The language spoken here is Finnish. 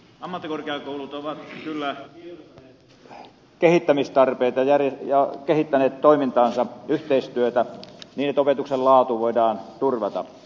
ammattikorkeakoulut ovat kyllä tiedostaneet kehittämistarpeet ja kehittäneet toimintaansa yhteistyötä niin että opetuksen laatu voidaan turvata